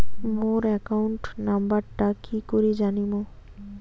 মোর account নাম্বারটা কি করি জানিম?